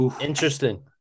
Interesting